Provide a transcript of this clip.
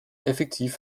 effektiv